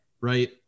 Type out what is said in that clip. right